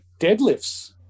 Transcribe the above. deadlifts